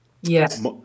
Yes